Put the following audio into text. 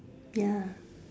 ya